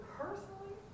personally